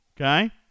okay